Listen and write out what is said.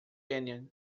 canyon